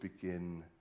begin